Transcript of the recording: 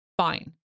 Fine